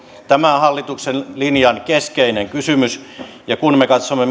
tämä on hallituksen linjan keskeinen kysymys ja kun me katsomme